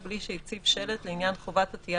בלי שהציב שלט לעניין מספר השוהים